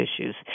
issues